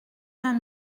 vingt